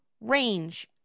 range